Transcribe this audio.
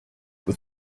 with